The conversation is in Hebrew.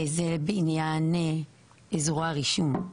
זה בעניין אזורי הרישום,